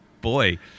boy